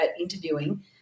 interviewing